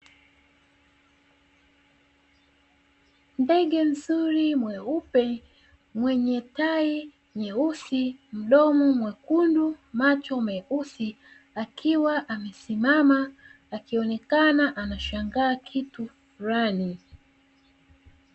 Ndege mzuri, mweupe, mwenye tai nyeusi, mdomo mwekundu, macho meusi akiwa amesimama akionekana anashangaa kitu fulani .